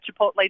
Chipotle